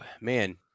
man